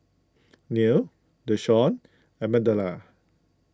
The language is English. Neal Deshawn and Migdalia